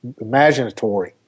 imaginatory